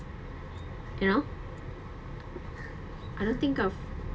you know I don't think I've